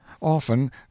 Often